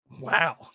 Wow